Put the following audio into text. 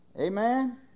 Amen